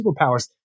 superpowers